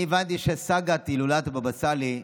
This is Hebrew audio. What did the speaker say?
אני הבנתי שסאגת הילולת הבבא סאלי,